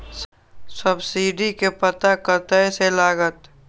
Subsidy के पता कतय से लागत?